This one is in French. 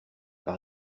par